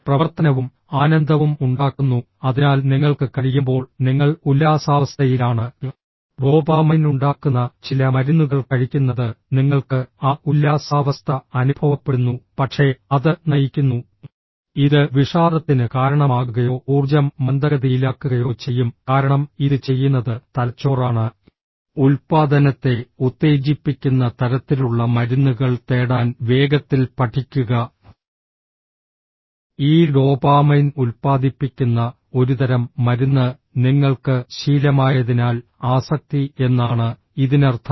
പ്രവർത്തനവും ആനന്ദവും ഉണ്ടാക്കുന്നു അതിനാൽ നിങ്ങൾക്ക് കഴിയുമ്പോൾ നിങ്ങൾ ഉല്ലാസാവസ്ഥയിലാണ് ഡോപാമൈൻ ഉണ്ടാക്കുന്ന ചില മരുന്നുകൾ കഴിക്കുന്നത് നിങ്ങൾക്ക് ആ ഉല്ലാസാവസ്ഥ അനുഭവപ്പെടുന്നു പക്ഷേ അത് നയിക്കുന്നു ഇത് വിഷാദത്തിന് കാരണമാകുകയോ ഊർജ്ജം മന്ദഗതിയിലാക്കുകയോ ചെയ്യും കാരണം ഇത് ചെയ്യുന്നത് തലച്ചോറാണ് ഉൽപ്പാദനത്തെ ഉത്തേജിപ്പിക്കുന്ന തരത്തിലുള്ള മരുന്നുകൾ തേടാൻ വേഗത്തിൽ പഠിക്കുക ഈ ഡോപാമൈൻ ഉൽപ്പാദിപ്പിക്കുന്ന ഒരുതരം മരുന്ന് നിങ്ങൾക്ക് ശീലമായതിനാൽ ആസക്തി എന്നാണ് ഇതിനർത്ഥം